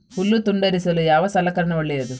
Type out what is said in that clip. ಹುಲ್ಲು ತುಂಡರಿಸಲು ಯಾವ ಸಲಕರಣ ಒಳ್ಳೆಯದು?